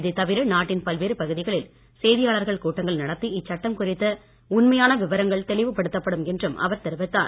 இதை தவிர நாட்டின் பல்வேறு பகுதிகளில் செய்தியாளர்கள் கூட்டங்கள் நடத்தி இச்சட்டம் குறித்த உண்மையான விவரங்கள் தெளிவுப்படுத்தப்படும் என்றும் அவர் தெரிவித்தார்